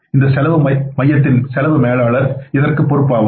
இந்த செலவு மையத்தின் செலவு மேலாளர் இதற்கு பொறுப்பாவார்